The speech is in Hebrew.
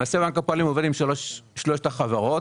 למעשה בנק הפועלים עובד עם שלושת החברות.